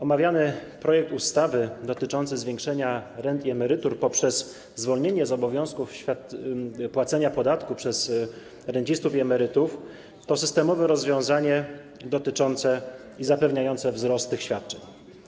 Omawiany projekt ustawy dotyczący zwiększenia rent i emerytur poprzez zwolnienie z obowiązku płacenia podatku przez rencistów i emerytów to rozwiązanie systemowe i zapewniające wzrost tych świadczeń.